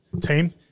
Team